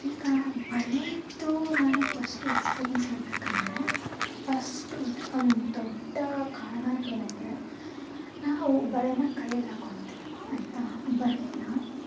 ಈಗ ಬಳೆಯದ್ದು ನಾನು ಪಸ್ಟು ಎಕ್ಸ್ಪೀರಿಯನ್ಸ್ ಹೇಳಬೇಕಂದ್ರೆ ಫಸ್ಟು ಒಂದು ದೊಡ್ಡ ಕಾರಣ ಏನಂದರೆ ನಾವು ಬಳೆನ ಕೈಯಲ್ಲಿ ಹಾಕೊತೀವಿ ಆಯಿತಾ ಬಳೆನ